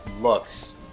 looks